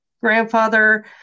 grandfather